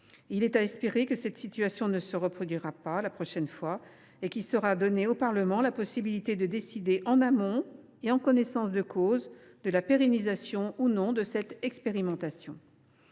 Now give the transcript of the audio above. Il est à espérer que cette situation ne se reproduira pas et qu’il sera donné au Parlement la possibilité de décider en amont et en connaissance de cause de la pérennisation ou non de ce dispositif.